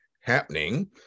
happening